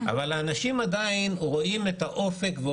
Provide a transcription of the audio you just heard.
אבל האנשים עדיין רואים את האופק והם